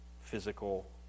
physical